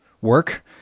work